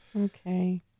Okay